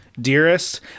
Dearest